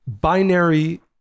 binary